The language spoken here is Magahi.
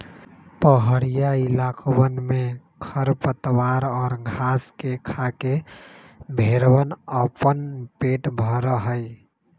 पहड़ीया इलाकवन में खरपतवार और घास के खाके भेंड़वन अपन पेट भरा हई